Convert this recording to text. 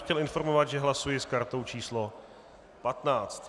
Chtěl bych informovat, že hlasuji s kartou číslo 15.